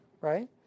right